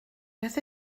beth